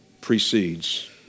precedes